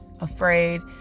afraid